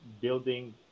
building